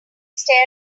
staring